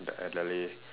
d~ Adelaide